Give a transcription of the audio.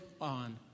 on